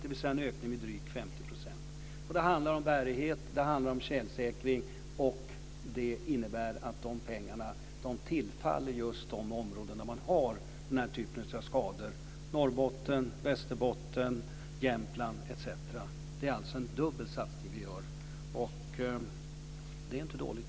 Det är en ökning med drygt 50 %. Det handlar om bärighet och om tjälsäkring. Det innebär att dessa pengar tillfaller just de områden som har den typen av skador, dvs. Norrbotten, Västerbotten, Jämtland etc. Det är alltså en dubbel satsning vi gör, och det är inte dåligt.